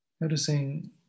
Noticing